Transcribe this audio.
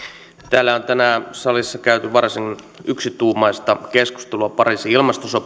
täällä salissa on tänään käyty varsin yksituumaista keskustelua pariisin ilmastosopimuksesta